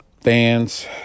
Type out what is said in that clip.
Fans